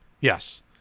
Yes